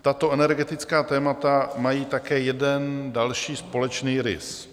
Tato energetická témata mají také jeden další společný rys.